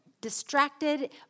distracted